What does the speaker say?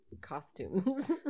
costumes